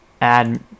add